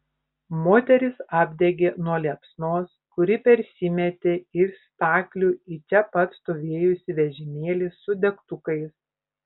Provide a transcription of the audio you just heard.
moterys apdegė nuo liepsnos kuri persimetė iš staklių į čia pat stovėjusį vežimėlį su degtukais